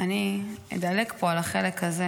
אני אדלג על החלק הזה,